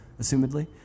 assumedly